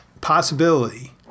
possibility